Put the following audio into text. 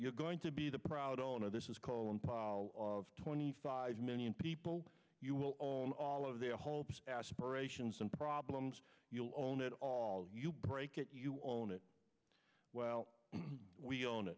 you're going to be the proud owner of this is call and pile of twenty five million people you will on all of their hopes aspirations and problems you'll own it all you break it you own it well we own